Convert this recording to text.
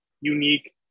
unique